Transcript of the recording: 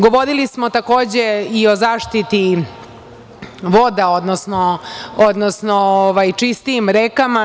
Govorili smo, takođe, i o zaštiti voda, odnosno čistijim rekama.